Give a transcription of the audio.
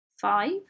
five